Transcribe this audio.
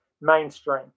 mainstream